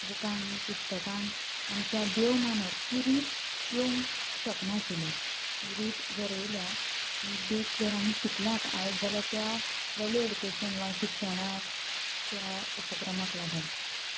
बुकांक पुस्तकांक आमच्या देव मानप ही रीत येवंक शकनाशिल्ली ही रीत जर येयल्या ही देख जर आमी शिकल्यांत आयज जाल्यार त्या वेल्यू एड्युकेशन वा शिक्षणाक त्या उपक्रमाक लागून